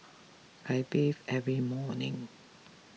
I bathe every morning